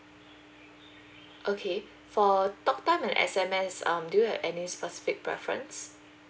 okay for talk time and S_M_S um do you have any specific preferences